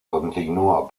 continuó